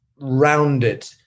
rounded